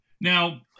Now